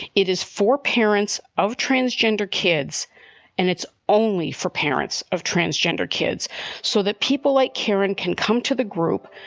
it is for parents of transgender kids and it's only for parents of transgender kids so that people like karen can come to the group,